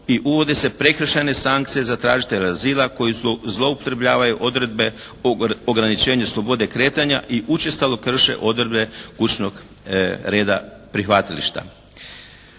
i uvode se prekršajne sankcije za tražitelje azila koji zloupotrebljavaju odredbe o ograničenju slobode kretanja i učestalo krše odredbe kućnog reda prihvatilišta.